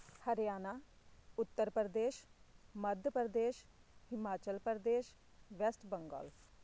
Haryana Uttar Pradesh Madhya Pradesh Himachal Pradesh West Bengal